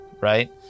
right